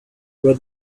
were